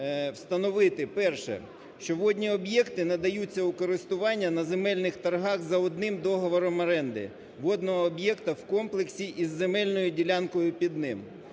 встановити, перше, що водні об'єкти надаються у користування на земельних торгах за одним договором оренди водного об'єкта в комплексі із земельною ділянкою під ним.